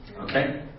Okay